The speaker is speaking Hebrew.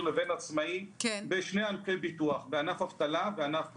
לבין עצמאי בשני ענפי ביטוח: בענף אבטלה וענף פש"ר.